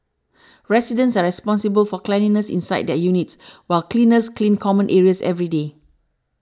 residents are responsible for cleanliness inside their units while cleaners clean common areas every day